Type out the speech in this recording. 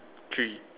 three